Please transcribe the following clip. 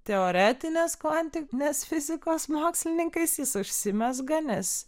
teoretinės kvantinės fizikos mokslininkais jis užsimezga nes